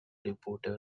reporter